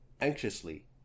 Anxiously